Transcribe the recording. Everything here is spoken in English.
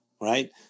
right